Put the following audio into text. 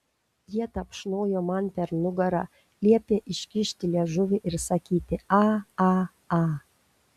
jie tapšnojo man per nugarą liepė iškišti liežuvį ir sakyti aaa